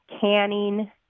canning